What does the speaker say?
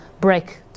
break